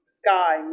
sky